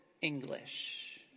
English